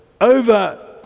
over